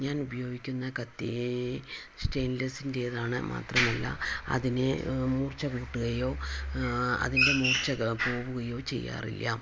ഞാൻ ഉപയോഗിക്കുന്ന കത്തി സ്റ്റൈൻലെസ്സിൻ്റെതാണ് മാത്രമല്ല അതിനെ മൂർച്ച കൂട്ടുകയോ അതിൻ്റെ മൂർച്ച പോവുകയോ ചെയ്യാറില്ല